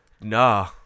nah